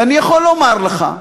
ואני יכול לומר לך,